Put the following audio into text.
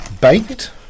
baked